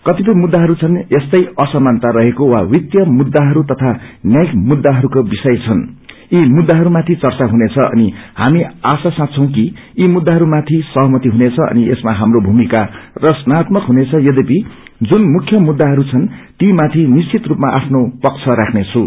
कतिपय मुद्दाहरू छन् जस्तै असमानता रहेको वा वित्तीय मुद्दाहरू तथा न्यायिक मुद्दाहरूको विषय छन् यी मुद्दाहरूमाथि चच्च हुनेछ अनि हामी आशा साँच्छौ कि यी मुद्दाहरूमाथि सहमति हुनेछ अनि यसमा हाम्रो भूमिका रचनात्मक हुनेछ यद्यपि जुन मुख्य मुद्दाहरू छन्ट ती मध्ये निश्चित रूपामा आफ्नो पक्ष राख्ने छु